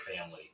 family